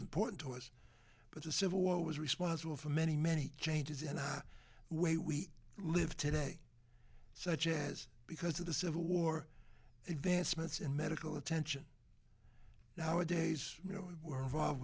important to us but the civil war was responsible for many many changes in our way we live today such as because of the civil war advancements in medical attention nowadays you know we were involved